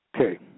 Okay